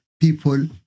people